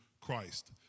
Christ